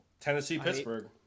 Tennessee-Pittsburgh